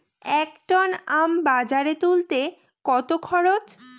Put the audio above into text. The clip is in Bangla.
এক টন আম বাজারে তুলতে কত খরচ?